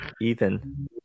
Ethan